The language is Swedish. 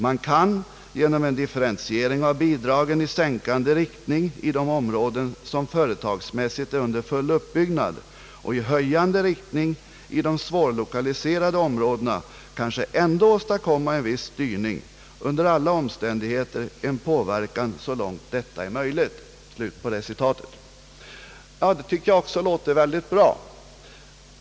Man kan genom en differentiering av bidragen i sänkande riktning i de områden, som företagsmässigt är under full uppbyggnad, och i höjande riktning i de svårlokaliserade områdena kanske ändå åstadkomma en viss styrning, under alla omständigheter en påverkan så långt detta är möjligt.» Ja, detta låter väldigt bra.